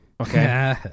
Okay